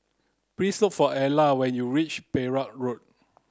please look for Ala when you reach Perak Road